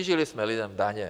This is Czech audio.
Snížili jsme lidem daně.